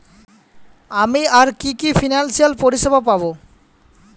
আমি আর কি কি ফিনান্সসিয়াল পরিষেবা পাব?